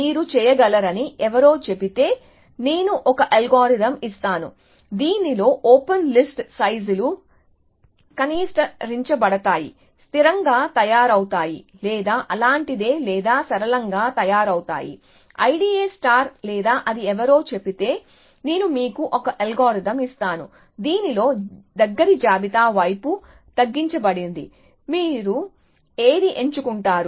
మీరు చేయగలరని ఎవరో చెబితే నేను ఒక అల్గోరిథం ఇస్తాను దీనిలో ఓపెన్ లిస్ట్ సైజులు కనిష్టీకరించబడతాయి స్థిరంగా తయారవుతాయి లేదా అలాంటిదే లేదా సరళంగా తయారవుతాయి IDA లేదా అది ఎవరో చెబితే నేను మీకు ఒక అల్గోరిథం ఇస్తాను దీనిలో దగ్గరి జాబితా వైపు తగ్గించబడింది మీరు ఏది ఎంచుకుంటారు